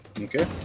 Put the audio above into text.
Okay